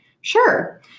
Sure